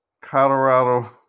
Colorado